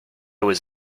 was